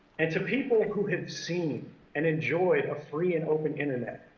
and to people who have seen and enjoyed a free and open internet,